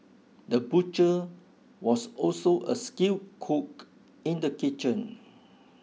the butcher was also a skilled cook in the kitchen